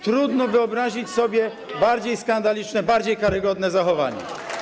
Trudno wyobrazić sobie bardziej skandaliczne, bardziej karygodne zachowanie.